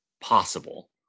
possible